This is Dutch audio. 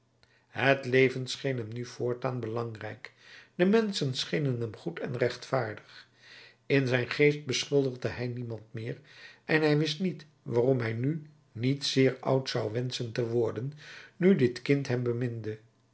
het leven scheen hem nu voortaan belangrijk de menschen schenen hem goed en rechtvaardig in zijn geest beschuldigde hij niemand meer en hij wist niet waarom hij nu niet zeer oud zou wenschen te worden nu dit kind hem beminde